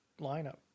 lineup